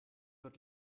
wird